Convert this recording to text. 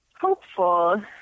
hopeful